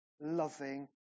loving